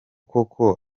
koko